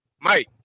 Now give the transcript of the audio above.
Mike